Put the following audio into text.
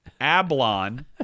Ablon